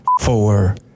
four